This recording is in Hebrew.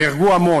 נהרגו המון.